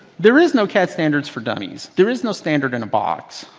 there is no cad standards for dummies. there is no standard in a box.